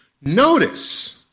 Notice